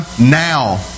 now